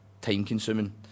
time-consuming